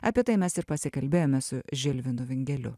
apie tai mes ir pasikalbėjome su žilvinu vingeliu